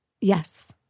Yes